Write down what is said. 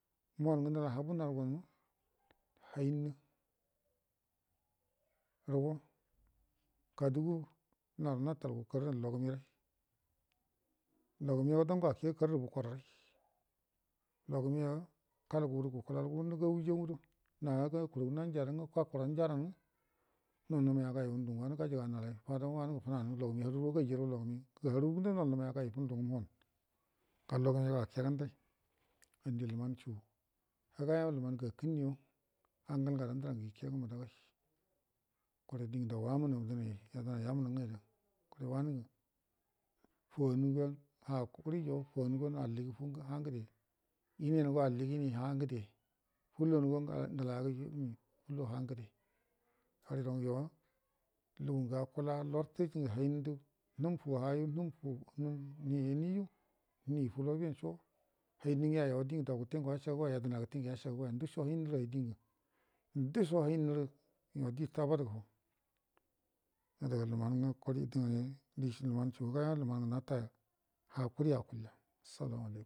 Muhu wangə nəlahabu narugama aligan hannə rugo kadugu narunatalgu karran logəme logəmego dango a kegə karrə bukorrai lagə me kalgu gədə gukəlagərə gaujau gugo gako ran njaran ngə nunə maya gaigə du ngə wanə gajəganalai fadau wanə fananə logə haru rugo gaiya ngə harugudo nal nəmaya gai fənə muhəwan ga logə me go akegandai ngədə luman su həga yama luman gakənnu yuma angal nga dan dəran gə yekegə ma dai kuren dingə dau dəanai yamnə ngə ada yauwa fuwan ha kuriyo fuwan ngen alligə hangəde iniyange alli inigə hangə də fulange ngəlagə hangəde hərə yurongə yo lugungə akula lartə handə numfu hafu nəhi ini yu nəhi fula benso hannə yo dingə dau gəte ngə wasa gəgoya yedna gəte ngə nasagə goya ndaso hainnurə ai dingə ndə so hainnurə yo ditaba gəfou adaga luman gə nata kuriya akul ya salamalekum